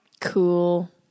Cool